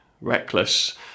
reckless